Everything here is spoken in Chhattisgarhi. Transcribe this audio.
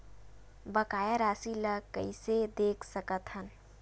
बकाया राशि ला कइसे देख सकत हान?